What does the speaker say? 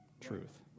truth